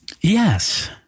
Yes